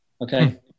okay